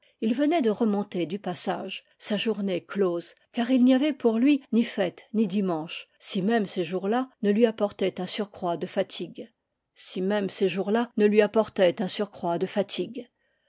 il venait de remonter du passage sa journée close car il n'y avait pour lui ni fêtes ni dimanches si même ces jours-là ne lui apportaient un surcroît de fatigue la vieille dès le seuil lui demanda